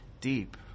deep